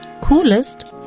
coolest